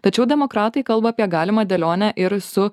tačiau demokratai kalba apie galimą dėlionę ir su